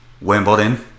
Wimbledon